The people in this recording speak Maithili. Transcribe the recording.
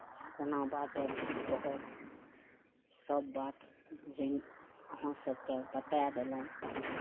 कोना बाजब की कहब सब बात जैन अहाँ सबके बता देलहुॅं